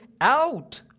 out